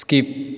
skip